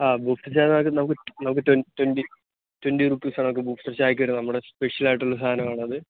ആ ബൂസ്റ്റർ ചായേടെ കാര്യം നമുക്ക് നമുക്ക് ട്വൻറ്റി ട്വൻറ്റി റുപ്പീസാണ് നമുക്ക് ബൂസ്റ്റർ ചായക്ക് വരുന്നേ നമ്മുടെ സ്പെഷ്യലായിട്ടുള്ള സാധനമാണത്